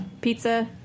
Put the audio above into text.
pizza